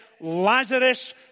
Lazarus